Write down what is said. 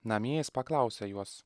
namie jis paklausė juos